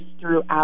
throughout